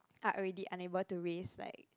are already unable to raise like